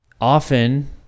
Often